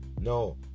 No